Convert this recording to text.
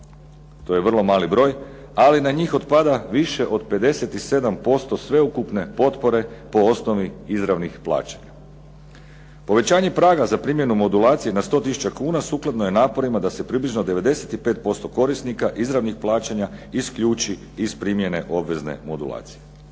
To je vrlo mali broj ali na njih otpada više od 57% sveukupne potpore po osnovi izravnih plaća. Povećanje praga za primjenu modulacije na 100 tisuća kuna sukladno je naporima da se približno 95% korisnika izravnih plaćanja isključi iz primjene obvezne modulacije.